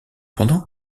pendant